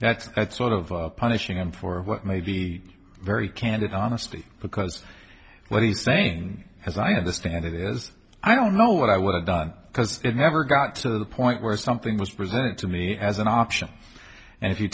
guilty that's sort of punishing him for what may be very candid honesty because what he's saying as i understand it is i don't know what i would have done because it never got to the point where something was presented to me as an option and if you